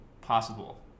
possible